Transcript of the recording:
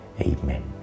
Amen